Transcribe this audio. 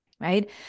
Right